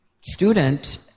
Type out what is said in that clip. student